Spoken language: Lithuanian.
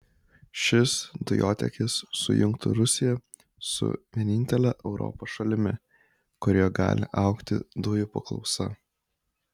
šis dujotiekis sujungtų rusiją su vienintele europos šalimi kurioje gali augti dujų paklausa